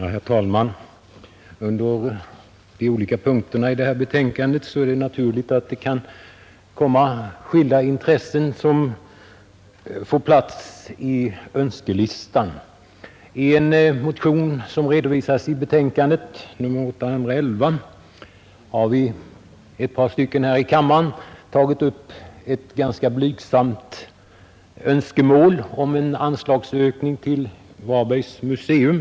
Herr talman! Under de olika punkterna i det här betänkandet är det naturligt att det kan vara särskilda intressen som får plats på önskelistan. I en motion som redovisas i betänkandet, nr 811, har jag och en annan ledamot av kammaren tagit upp ett ganska blygsamt önskemål om en anslagsökning till Varbergs museum.